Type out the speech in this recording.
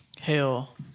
hell